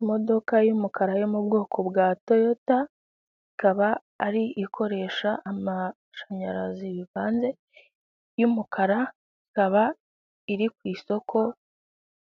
Imodoka y'umukara yo mu bwoko bwa Toyota, ikaba ari ikoresha amashanyarazi bivanze y'umukara, ikaba iri ku isoko